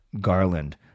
Garland